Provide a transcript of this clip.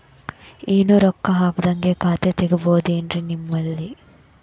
ಏನು ರೊಕ್ಕ ಹಾಕದ್ಹಂಗ ಖಾತೆ ತೆಗೇಬಹುದೇನ್ರಿ ನಿಮ್ಮಲ್ಲಿ?